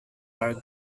our